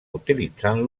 utilitzant